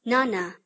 Nana